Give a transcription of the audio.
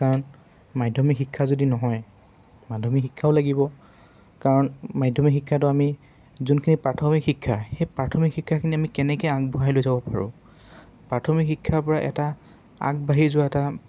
কাৰণ মাধ্যমিক শিক্ষা যদি নহয় মাধ্যমিক শিক্ষাও লাগিব কাৰণ মাধ্যমিক শিক্ষাটো আমি যোনখিনি প্ৰাথমিক শিক্ষা সেই প্ৰাথমিক শিক্ষাখিনি আমি কেনেকৈ আগবঢ়াই লৈ যাব পাৰোঁ প্ৰাথমিক শিক্ষাৰপৰা এটা আগবাঢ়ি যোৱা এটা